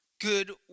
good